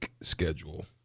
schedule